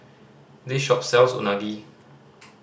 this shop sells Unagi